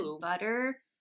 butter